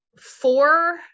four